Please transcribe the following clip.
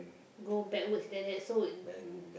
go backwards like that so uh